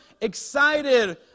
excited